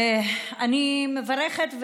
אני מברכת,